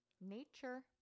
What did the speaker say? Nature